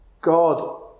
God